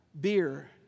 beer